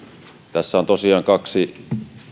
tässä on tosiaan kaksi